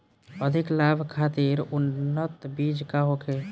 अधिक लाभ खातिर उन्नत बीज का होखे?